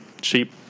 cheap